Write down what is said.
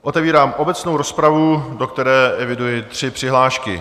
Otevírám obecnou rozpravu, do které eviduji tři přihlášky.